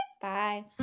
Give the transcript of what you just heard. bye